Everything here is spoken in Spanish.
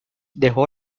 dejó